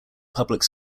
public